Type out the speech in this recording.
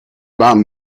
baan